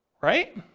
right